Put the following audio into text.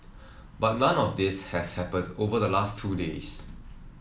but none of this has happened over the last two days